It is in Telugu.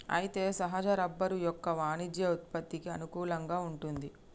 అయితే సహజ రబ్బరు యొక్క వాణిజ్య ఉత్పత్తికి అనుకూలంగా వుంటుంది